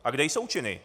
A kde jsou činy?